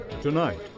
Tonight